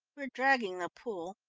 we are dragging the pool.